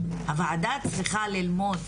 הוועדה צריכה ללמוד,